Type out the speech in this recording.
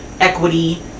Equity